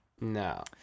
No